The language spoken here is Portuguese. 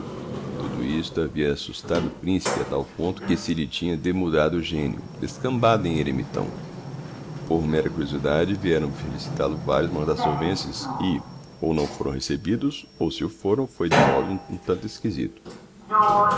tudo isto havia assustado o principe a tal ponto que se lhe tinha demudado o genio descambando em eremitão por mera curiosidade vieram felicitál o varios mordassovenses e ou não foram recebidos ou se o foram foi de modo um tanto exquisito